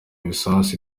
ibisasu